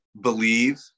Believe